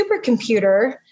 supercomputer